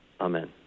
amen